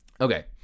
Okay